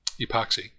epoxy